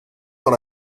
dans